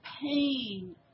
pain